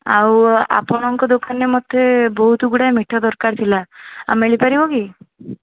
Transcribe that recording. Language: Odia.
ଆଉ ଆପଣଙ୍କ ଦୋକାନରେ ମୋତେ ବହୁତ ଗୁଡ଼ାଏ ମିଠା ଦରକାର ଥିଲା ଆଉ ମିଳିପାରିବ କି